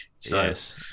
Yes